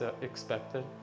expected